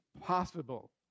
possible